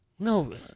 No